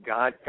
God